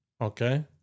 Okay